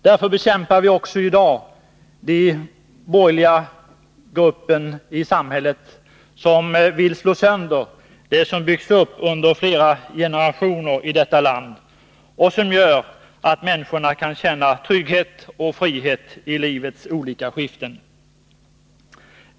Därför bekämpar vi också i dag den borgerliga grupp i samhället som vill slå sönder det som byggts upp under flera generationer i detta land och som gör att människorna kan känna trygghet och frihet i livets olika skiften.